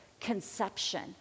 conception